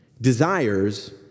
Desires